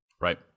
right